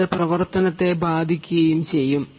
അത് പ്രവർത്തനത്തെ ബാധിക്കുകയും ചെയ്യും